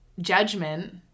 judgment